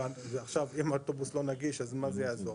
אז עכשיו אם האוטובוס לא נגיש אז מה זה יעזור,